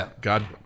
God